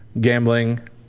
gambling